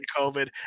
COVID